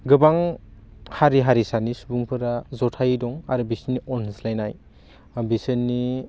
गोबां हारि हारिसानि सुबुंफोरा जथायै दं आरो बिसोरनि अनज्लायनाय बा बिसोरनि